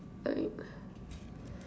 alright